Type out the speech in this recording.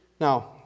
Now